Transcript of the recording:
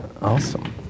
awesome